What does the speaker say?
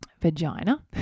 vagina